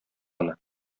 аны